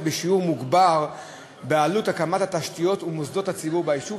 בשיעור מוגבר בעלות הקמת התשתיות ומוסדות הציבור ביישוב,